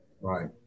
Right